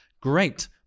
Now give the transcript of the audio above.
Great